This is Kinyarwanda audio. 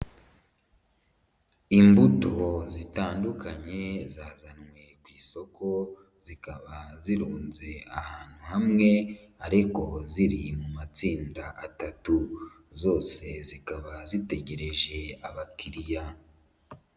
Imbuto zitandukanye zazanywe ku isoko zikaba zirunze ahantu hamwe ariko ziri mu matsinda atatu, zose zikaba zitegereje abakiriya.